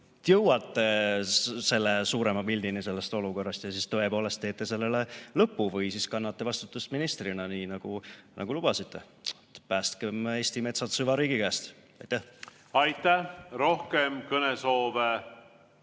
jõuate suurema pildini sellest olukorrast ja siis tõepoolest teete sellele lõpu või siis kannate vastutust ministrina, nii nagu lubasite. Päästkem Eesti metsad süvariigi käest! Aitäh! Aitäh! Rohkem kõnesoove